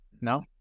no